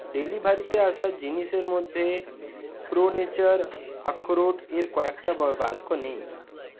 ডেলিভারিতে আসা জিনিসের মধ্যে প্রো নেচার আখরোট এর কয়েকটা বা বাক্স নেই